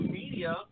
media